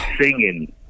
singing